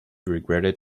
regretted